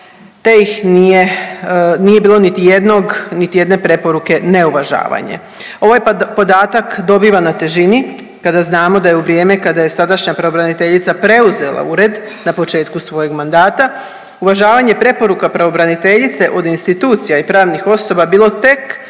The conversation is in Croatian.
niti jednog niti jedne preporuke neuvažavanje. Ovaj podatak dobiva na težini kada znamo da je u vrijeme kada je sadašnja pravobraniteljica preuzela ured na početku svojeg mandata, uvažavanje preporuka pravobraniteljice od institucija i pravnih osoba bilo tek